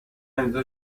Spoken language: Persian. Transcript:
امضا